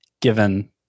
given